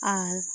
ᱟᱨ